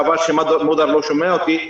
חבל שמודאר לא שומע אותי,